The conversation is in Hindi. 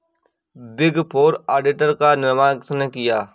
बिग फोर ऑडिटर का निर्माण किसने किया?